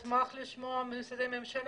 אני אשמח לשמוע את משרדי הממשלה.